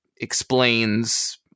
explains